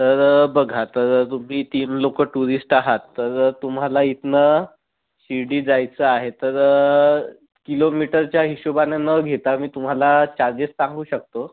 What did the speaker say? तर बघा तर तुम्ही तीन लोकं टुरिस्ट आहात तर तुम्हाला इथनं शिर्डी जायचं आहे तर किलोमीटरच्या हिशोबानं न घेता मी तुम्हाला चार्जेस सांगू शकतो